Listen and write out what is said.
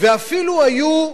ואפילו היו,